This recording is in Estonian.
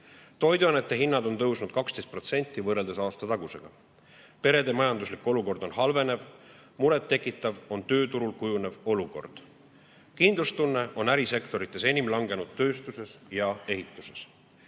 Toiduainete hinnad on tõusnud 12% võrreldes aastatagusega. Perede majanduslik olukord halveneb, muret tekitav on tööturul kujunev olukord. Ärisektorite puhul on kindlustunne enim langenud tööstuses ja ehituses.